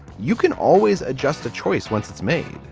you can always adjust a choice once it's made.